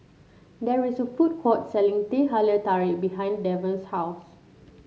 there is a food court selling Teh Halia Tarik behind Devon's house